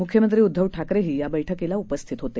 मुख्यमंत्री उद्धव ठाकरे या बैठकीला उपस्थित होते